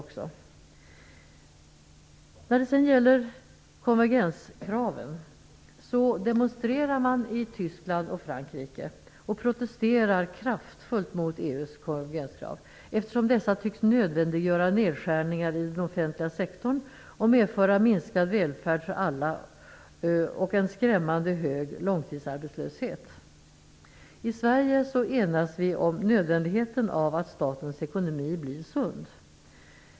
I Frankrike och Tyskland demostrerar man och protesterar kraftfullt mot EU:s konvergenskrav, eftersom dessa tycks nödvändiggöra nedskärningar i den offentliga sektorn och medföra minska välfärd för alla och en skrämmande hög långtidsarbetslöshet. I Sverige enas vi om nödvändigheten av att statens ekonomi blir sund.